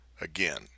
again